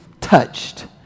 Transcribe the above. touched